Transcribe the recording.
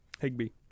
Higby